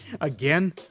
Again